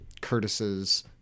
Curtis's